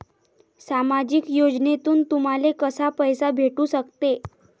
सामाजिक योजनेतून तुम्हाले कसा पैसा भेटू सकते?